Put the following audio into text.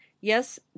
yes